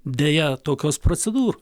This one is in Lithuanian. deja tokios procedūr